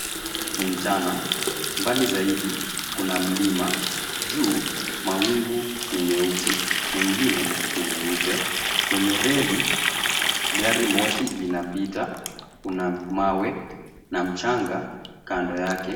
Ni mchana mbali zaidi kuna mlima juu mawingu ni meusi mengine ni meupe. Kwenye reli garimoshi linapita kuna mawe na mchana kando yake.